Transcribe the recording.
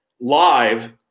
live